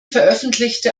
veröffentlichte